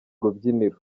rubyiniro